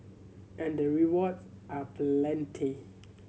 and the rewards are plenty